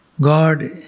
god